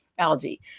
algae